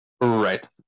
Right